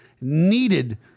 needed